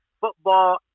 Football